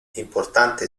importante